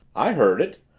i heard it!